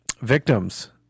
victims